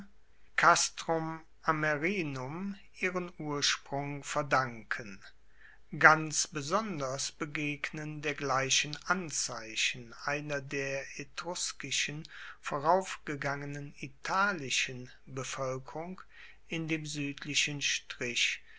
ihren ursprung verdanken ganz besonders begegnen dergleichen anzeichen einer der etruskischen voraufgegangenen italischen bevoelkerung in dem suedlichen strich